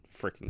freaking